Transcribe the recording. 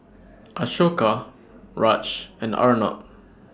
Ashoka Raj and Arnab